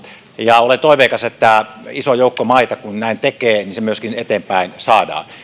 ja olen toiveikas että kun iso joukko maita näin tekee niin se myöskin eteenpäin saadaan